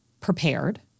prepared